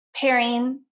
pairing